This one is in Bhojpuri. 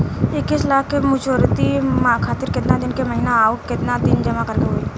इक्कीस लाख के मचुरिती खातिर केतना के महीना आउरकेतना दिन जमा करे के होई?